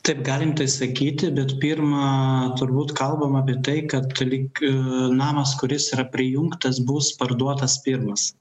taip galim tai sakyti bet pirma turbūt kalbama apie tai kad lyg namas kuris yra prijungtas bus parduotas pirmas